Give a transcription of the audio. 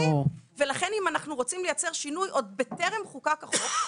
לכן אם אנו רוצים לייצר שינוי עוד טרם חוקק החוק,